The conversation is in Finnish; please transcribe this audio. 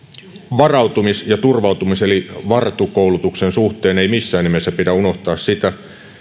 varautumis ja turvautumis eli vartu koulutuksen suhteen ei missään nimessä pidä unohtaa sitä